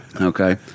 okay